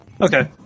Okay